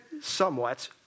somewhat